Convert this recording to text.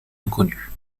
inconnue